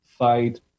fight